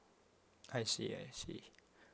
I see I see